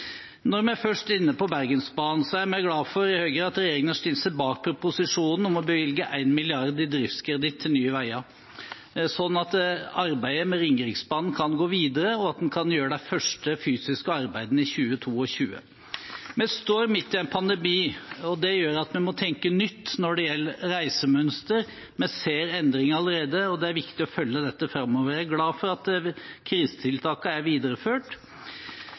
Når vi først er inne på Bergensbanen, er vi i Høyre glad for at regjeringen har stilt seg bak proposisjonen om å bevilge 1 mrd. kr i driftskreditt til Nye Veier, slik at arbeidet med Ringeriksbanen kan gå videre, og at en kan gjøre de første fysiske arbeidene i 2022. Vi står midt i en pandemi, og det gjør at vi må tenke nytt når det gjelder reisemønster. Vi ser endringer allerede, og det er viktig å følge dette framover. Jeg er glad for at krisetiltakene er videreført.